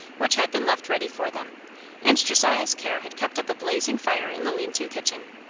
which had been left ready for them and josiah's care had kept up a blazing fire in the lean-to kitchen.